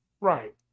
Right